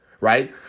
Right